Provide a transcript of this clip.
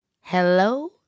Hello